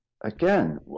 again